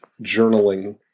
journaling